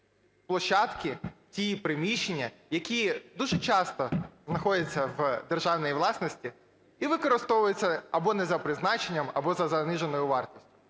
площадки, ті приміщення, які дуже часто знаходяться в державній власності і використовуються або не за призначенням, або за заниженою вартістю.